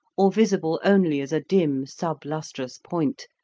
or visible only as a dim sub-lustrous point,